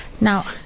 Now